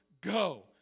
go